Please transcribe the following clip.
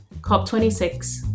COP26